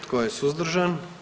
Tko je suzdržan?